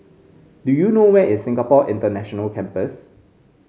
do you know where is Singapore International Campus